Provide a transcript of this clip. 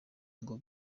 ngo